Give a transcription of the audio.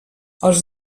els